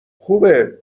خوبه